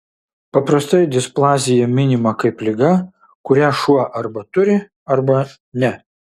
paprastai displazija minima kaip liga kurią šuo arba turi arba ne